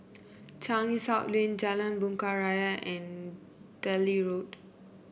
Changi South Lane Jalan Bunga Raya and Delhi Road